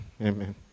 amen